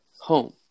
home